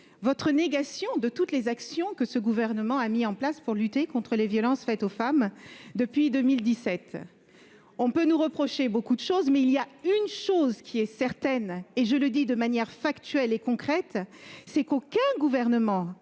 votre négation de toutes les actions que ce gouvernement a mises en place pour lutter contre les violences faites aux femmes depuis 2017. On peut nous reprocher beaucoup, mais ce qui est certain, et je le dis de manière factuelle et concrète, c'est qu'aucun gouvernement